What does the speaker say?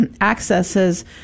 accesses